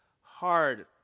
hard